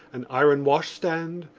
an iron washstand,